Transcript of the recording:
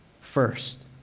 First